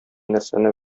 нәрсәне